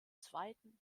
zweiten